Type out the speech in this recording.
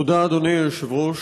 תודה, אדוני היושב-ראש.